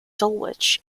dulwich